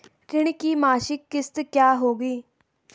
ऋण की मासिक किश्त क्या होगी?